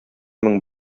мең